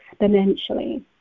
exponentially